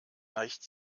leicht